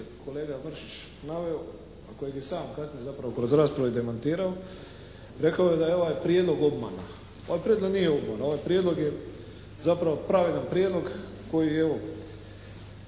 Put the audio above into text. kolega Mršić naveo, a kojeg je sam kasnije zapravo kroz raspravu i demantirao, rekao je da je ovaj prijedlog obmana. Ovaj prijedlog nije obmana, ovaj prijedlog je zapravo pravedan prijedlog koji evo